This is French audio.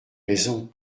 raison